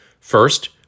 First